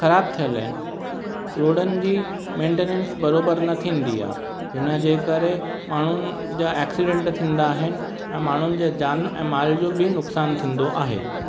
ख़राब थियल आहिनि रोडनि जी मेनटैनेंस बराबरि न थींदी आहे हिन जे करे माण्हुनि जा ऐक्सीडैंट थींदा आहिनि ऐं माण्हुनि जे जान ऐं माली जो बि नुक़सानु थींदो आहे